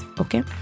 Okay